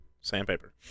Sandpaper